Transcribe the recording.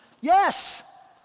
Yes